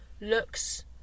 looks